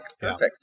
perfect